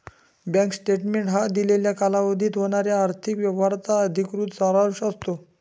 bank statement हा दिलेल्या कालावधीत होणाऱ्या आर्थिक व्यवहारांचा अधिकृत सारांश असतो